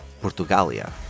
Portugalia